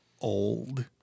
old